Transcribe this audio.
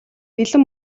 бэлэн